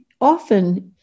often